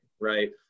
right